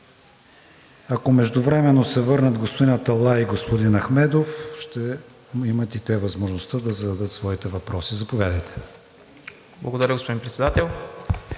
Ако междувременно се върнат господин Аталай и господин Ахмедов, ще имат и те възможността да зададат своите въпроси. ЮСЕИН ВЕЙСЕЛОВ (ДПС): Благодаря, господин Председател.